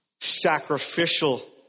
sacrificial